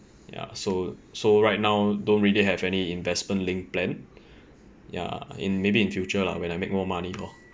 ya so so right now don't really have any investment linked plan ya in maybe in future lah when I make more money lor